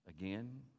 again